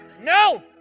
No